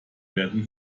werden